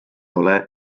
ole